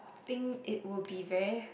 think it would be very